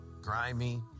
grimy